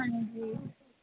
ਹਾਂਜੀ